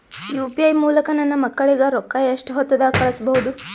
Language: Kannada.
ಯು.ಪಿ.ಐ ಮೂಲಕ ನನ್ನ ಮಕ್ಕಳಿಗ ರೊಕ್ಕ ಎಷ್ಟ ಹೊತ್ತದಾಗ ಕಳಸಬಹುದು?